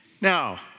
Now